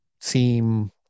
seem